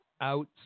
out